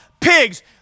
pigs